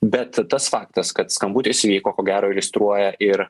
bet tas faktas kad skambutis įvyko ko gero iliustruoja ir